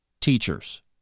Teachers